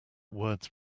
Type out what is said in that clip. words